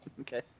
Okay